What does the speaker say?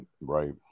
right